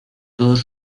todos